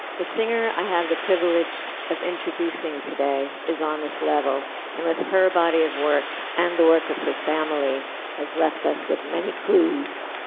the singer that i have the privilege of introducing today is on this level and with her body of work and the work of her family has left us with many clues,